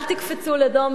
אל תקפצו לדום.